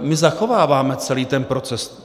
My zachováváme celý ten proces.